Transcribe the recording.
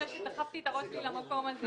אחרי שדחפתי את הראש שלי למקום הזה.